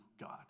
God